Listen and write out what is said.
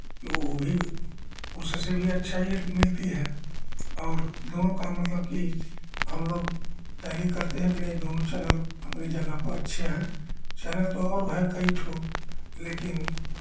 वो भी उससे भी अच्छा ही मिलती है और दोनों का मतलब कि हमलोग टैली करते हैं कि नहीं दोनो चैनल अपनी जगह पर अच्छे हैं चैनल तो और हैं कई ठो लेकिन